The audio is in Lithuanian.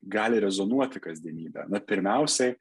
gali rezonuoti kasdienybę na pirmiausiai